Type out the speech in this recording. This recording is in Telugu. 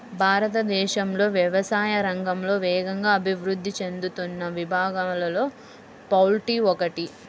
భారతదేశంలో వ్యవసాయ రంగంలో వేగంగా అభివృద్ధి చెందుతున్న విభాగాలలో పౌల్ట్రీ ఒకటి